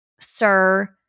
sir